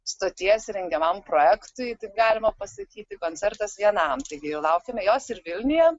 stoties rengiamam projektui tai galima pasakyti koncertas vienam taigi laukiame jos ir vilniuje